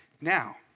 Now